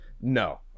No